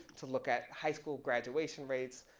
to look at high school graduation rates,